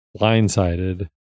blindsided